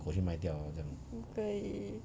不可以